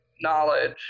knowledge